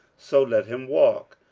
so let him walk.